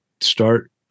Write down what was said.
start